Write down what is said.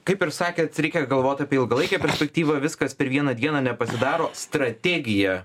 kaip ir sakėt reikia galvot apie ilgalaikę perspektyvą viskas per vieną dieną nepasidaro strategija